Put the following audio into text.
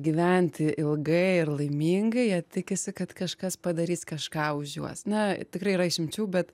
gyventi ilgai ir laimingai jie tikisi kad kažkas padarys kažką už juos na tikrai yra išimčių bet